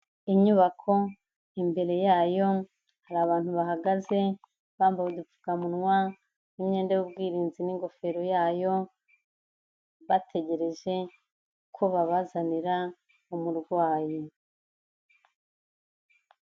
Inyubako imbere yayo hari abantu bahagaze, bambaye udupfukamunwa n'imyenda y'ubwirinzi n'ingofero yayo bategereje ko babazanira umurwayi.